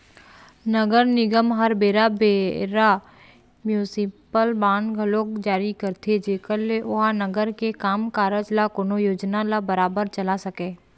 नगर निगम ह बेरा बेरा म्युनिसिपल बांड घलोक जारी करथे जेखर ले ओहा नगर के काम कारज ल कोनो योजना ल बरोबर चला सकय